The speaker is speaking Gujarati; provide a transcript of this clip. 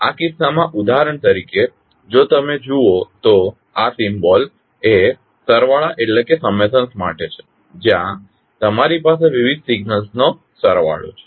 આ કિસ્સામાં ઉદાહરણ તરીકે જો તમે જુઓ તો આ સિમ્બોલ એ સરવાળા માટે છે જ્યાં તમારી પાસે વિવિધ સિગ્ન્લસ નો સરવાળો છે